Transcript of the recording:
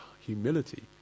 humility